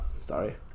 Sorry